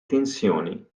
tensioni